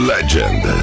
Legend